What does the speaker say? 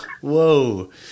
Whoa